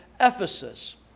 Ephesus